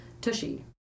Tushy